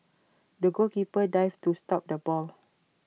the goalkeeper dived to stop the ball